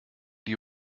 die